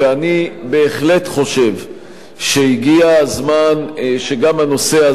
אני בהחלט חושב שהגיע הזמן שגם בנושא הזה,